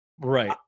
Right